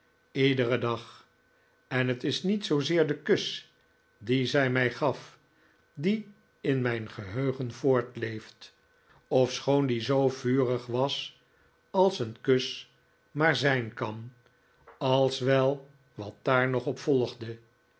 iederen dag en het is niet zoozeer de kus dien zij mij gaf die in mijn geheugen voortleeft ofschoon die zoo vurig was als een kus maar zijn kan als wel wat daar nog op volgde